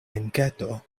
enketo